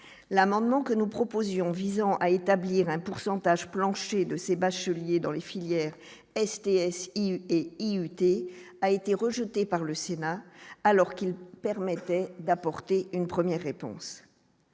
l'amendement que nous proposions visant à établir un pourcentage plancher de ces bacheliers dans les filières STS et IUT a été rejeté par le Sénat, alors qu'il permettait d'apporter une première réponse,